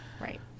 Right